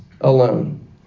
alone